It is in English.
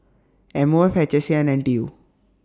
M O F H S A and N T U